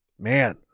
man